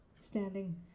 standing